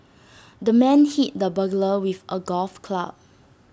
the man hit the burglar with A golf club